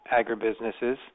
agribusinesses